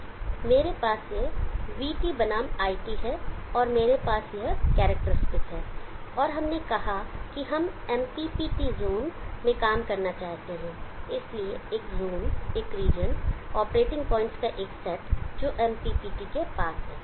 अब मेरे पास यह vt बनाम it है और मेरे पास यह करैक्टेरिस्टिक है और हमने कहा कि हम MPPT जोन में काम करना चाहते हैं इसलिए एक जोन एक रीजन ऑपरेटिंग पॉइंट्स का एक सेट जो MPPT के पास हैं